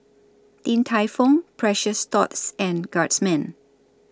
Din Tai Fung Precious Thots and Guardsman